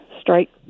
strike